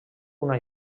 una